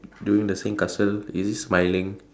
doing the sandcastle is he smiling